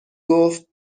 گفت